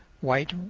white,